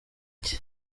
cye